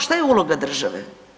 Šta je uloga države?